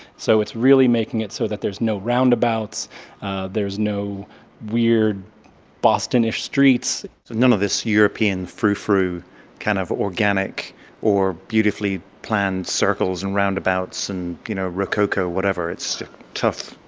so it's really making it so that there's no roundabouts there's no weird boston-ish streets so none of this european froufrou kind of organic or beautifully planned circles and roundabouts and, you know, rococo whatever. it's tough,